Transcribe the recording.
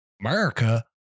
America